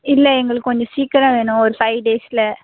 இல்லை எங்களுக்கு கொஞ்சம் சீக்கிரம் வேணும் ஒரு ஃபைவ் டேஸில்